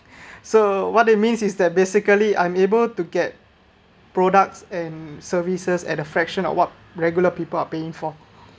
so what it means is that basically I'm able to get products and services at a fraction of what regular people are paying for